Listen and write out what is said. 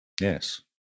yes